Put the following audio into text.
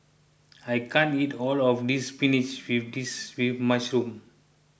I can't eat all of this Spinach with Mushroom